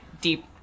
deep